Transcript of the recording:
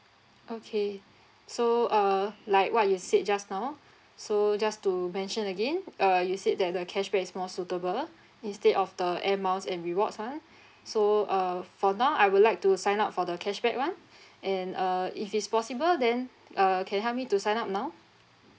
okay so uh like what you said just now so just to mention again uh you said that the cashback is more suitable instead of the air miles and rewards ah so uh for now I would like to sign up for the cashback [one] and uh if it's possible then err can you help me to sign up now